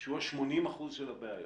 שהוא ה-80% של הבעיות.